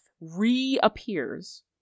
reappears